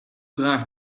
graag